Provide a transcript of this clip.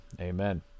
Amen